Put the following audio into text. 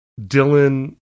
Dylan